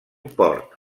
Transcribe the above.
port